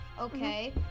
Okay